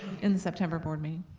in the september board meeting.